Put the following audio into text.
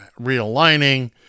realigning